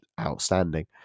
outstanding